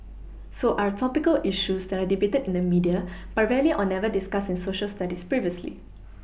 so are topical issues that are debated in the media but rarely or never discussed in Social Studies previously